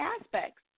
aspects